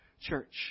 church